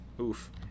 Oof